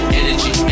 energy